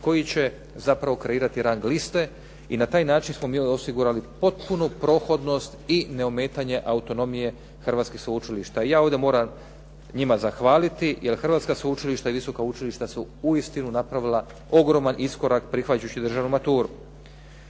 koji će zapravo kreirati rang liste. I na taj način smo mi osigurali potpunu prohodnost i neometanje autonomije hrvatskih sveučilišta. I ja ovdje moram njima zahvaliti jer hrvatska sveučilišta i visoka učilišta su uistinu napravila ogroman iskorak prihvaćajući državnu maturu.